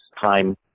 time